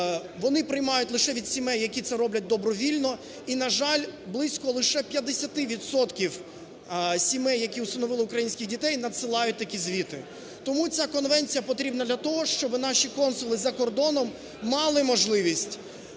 вони приймають лише від сімей, які це роблять добровільно. І, на жаль, близько лише 50 відсотків сімей, які усиновили українських дітей, надсилають такі звіти. Тому ця конвенція потрібна для того, щоби наші консули за кордоном мали можливість